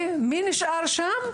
ומי נשאר שם?